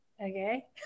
Okay